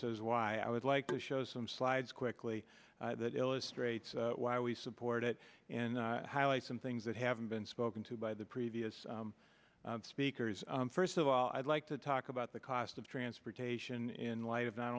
says why i would like to show some slides quickly that illustrates why we support it and highlight some things that haven't been spoken to by the previous speakers first of all i'd like to talk about the cost of transportation in light of not